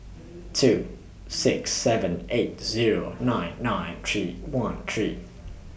two six seven eight Zero nine nine three one three